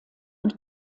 und